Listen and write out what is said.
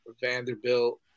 Vanderbilt